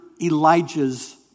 Elijah's